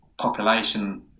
population